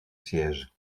sièges